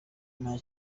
nta